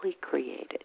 created